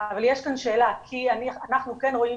אבל יש כאן שאלה כי אנחנו כן רואים